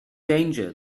danger